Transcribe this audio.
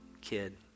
kid